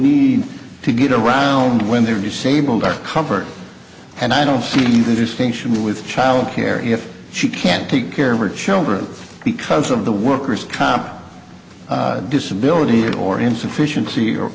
need to get around when they're disabled are covered and i don't see the distinction with child care if she can't take care of her children because of the worker's comp disability or insufficien